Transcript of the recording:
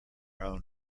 own